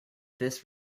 this